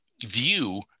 view